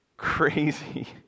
Crazy